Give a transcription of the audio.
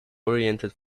oriented